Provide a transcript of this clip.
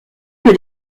que